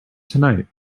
tonight